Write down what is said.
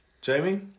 Jamie